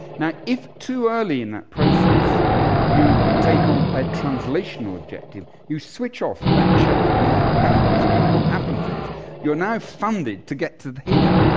now, if too early in that process you take on a translational objective, you switch off that check and that balance, because what happens is you're now funded to get to here,